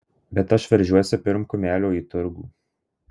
bet aš veržiuosi pirm kumelio į turgų